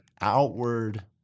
outward